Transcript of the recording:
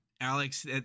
alex